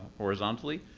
horizontally.